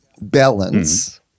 balance